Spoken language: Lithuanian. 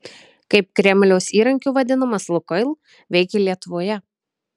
kaip kremliaus įrankiu vadinamas lukoil veikė lietuvoje